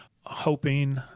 hoping